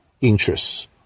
interests